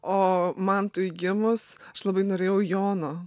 o mantui gimus aš labai norėjau jono